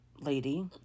lady